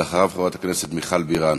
לאחריו, חברת הכנסת מיכל בירן.